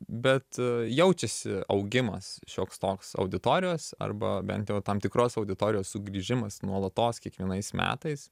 bet jaučiasi augimas šioks toks auditorijos arba bent jau tam tikros auditorijos sugrįžimas nuolatos kiekvienais metais